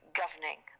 governing